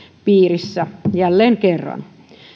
piirissä jälleen kerran